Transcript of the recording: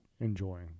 enjoying